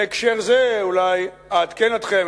בהקשר זה אולי אעדכן אתכם,